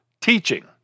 teaching